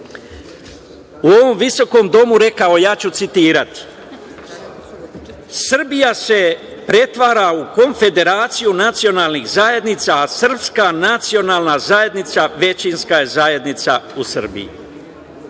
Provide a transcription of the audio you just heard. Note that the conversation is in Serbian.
u ovom visokom domu rekao – Srbija se pretvara u konfederaciju nacionalnih zajednica, a srpska nacionalna zajednica većinska je zajednica u